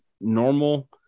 normal